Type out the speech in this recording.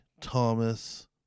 Thomas